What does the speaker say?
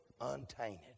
untainted